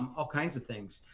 all kinds of things.